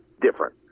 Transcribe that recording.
different